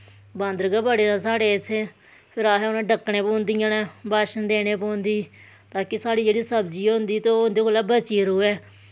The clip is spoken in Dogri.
बांदर गै बड़े न साढ़ै इत्थें फिर असैं ओहे डक्कनै पौंदियां नै बाशन देने पौंदी ताकि जेह्ड़ी साढ़ी सब्जी होंदी ओह् उंदै कोला बचियै रवै